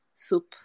Soup